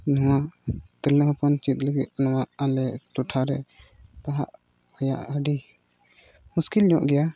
ᱱᱚᱣᱟ ᱛᱤᱨᱞᱟᱹ ᱦᱚᱯᱚᱱ ᱪᱮᱫ ᱞᱟᱹᱜᱤᱫ ᱱᱚᱣᱟ ᱟᱞᱮ ᱴᱚᱴᱷᱟ ᱨᱮ ᱯᱟᱲᱦᱟᱜ ᱨᱮᱭᱟᱜ ᱟᱹᱰᱤ ᱢᱩᱥᱠᱤᱞ ᱧᱚᱜ ᱜᱮᱭᱟ